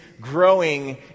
growing